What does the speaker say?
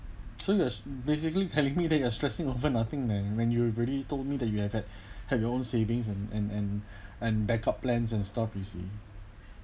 so you are basically telling me that you are stressing over nothing then when you already told me that you have had have your own savings and and and and backup plans and stuff you see